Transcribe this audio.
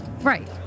Right